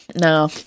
No